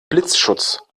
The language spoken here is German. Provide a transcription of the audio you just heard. blitzschutz